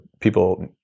people